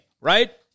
right